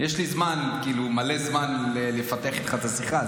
יש לי מלא זמן לפתח איתך את השיחה,